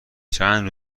چند